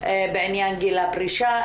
בעניין גיל הפרישה,